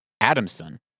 Adamson